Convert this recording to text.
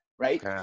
right